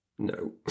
No